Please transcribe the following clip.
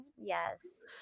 Yes